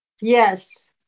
Yes